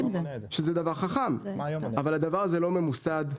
שזה דבר חכם אבל הדבר הזה לא ממוסד.